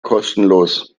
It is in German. kostenlos